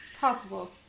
possible